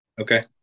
Okay